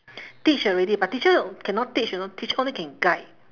teach already but teacher cannot teach you know teacher only can guide